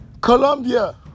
Colombia